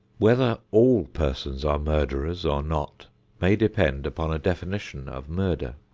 whether all persons are murderers or not may depend upon a definition of murder.